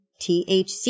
THC